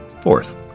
Fourth